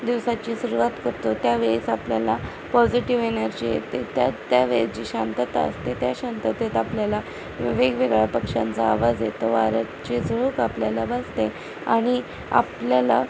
दिवसाची सुरवात करतो त्यावेळेस आपल्याला पॉझिटिव्ह एनर्जी येते त्या त्यावेळेस जी शांतता असते त्या शांततेत आपल्याला वेगवेगळ्या पक्ष्यांचा आवाज येतो वाऱ्याची झळूक आपल्याला बसते आणि आपल्याला